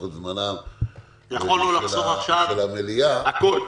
את זמנה של המליאה --- יכולנו לחסוך עכשיו הכול.